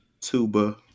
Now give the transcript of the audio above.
tuba